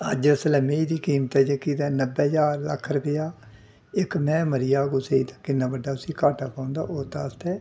अज्ज इसलै मैंही दी कीमत ऐ जेह्की ते नब्बै ज्हार लक्ख रपेआ इक मैंह् मरी जाऽ कुसै दी ते किन्ना बड्डा उस्सी घाट्टा पौंदा उत्त आस्तै